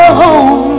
home